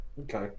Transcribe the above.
Okay